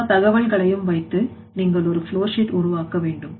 எல்லா தகவல்களையும் வைத்து நீங்கள் ஒரு flowsheet உருவாக்க வேண்டும்